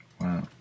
Wow